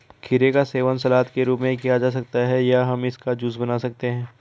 खीरे का सेवन सलाद के रूप में किया जा सकता है या हम इसका जूस बना सकते हैं